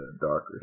darker